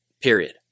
period